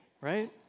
right